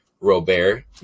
Robert